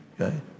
Okay